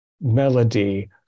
melody